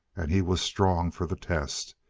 and he was strong for the test.